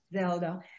Zelda